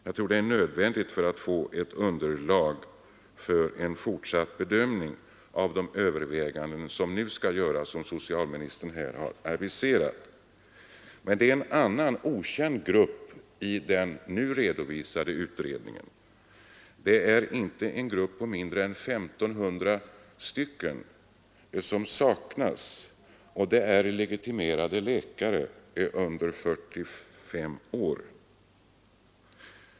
Jag tror att det är nödvändigt för att få ett underlag för en fortsatt bedömning av de överväganden som nu skall göras och som socialministern har aviserat. Men det är en grupp som saknas i den redovisade utredningen — en grupp på inte mindre än 1 500 personer. Det gäller gruppen legitimerade läkare under 45 år.